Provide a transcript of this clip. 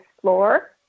floor